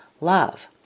love